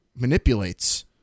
Manipulates